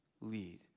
lead